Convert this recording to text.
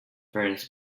ferns